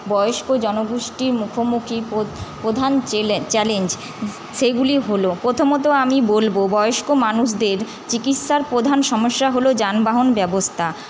বয়স্ক জনগোষ্টির মুখোমুখি প্রধান চ্যালেঞ্জ সেগুলি হল প্রথমত আমি বলব বয়স্ক মানুষদের চিকিৎসার প্রধান সমস্যা হল যানবাহন ব্যবস্থা